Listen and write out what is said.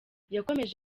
yakomeje